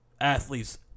athletes